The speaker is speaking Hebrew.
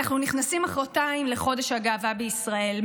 אנחם נכנסים מוחרתיים לחודש הגאווה בישראל.